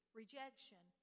rejection